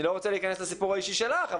אני לא רוצה להיכנס לסיפור האישי שלך,